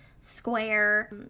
square